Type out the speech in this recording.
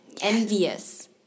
envious